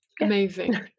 Amazing